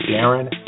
Darren